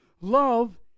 Love